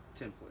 template